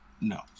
No